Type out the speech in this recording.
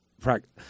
practice